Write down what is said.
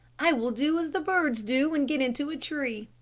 i will do as the birds do and get into a tree.